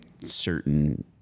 certain